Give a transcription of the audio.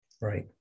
Right